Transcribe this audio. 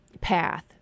path